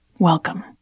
Welcome